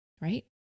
right